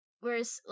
Whereas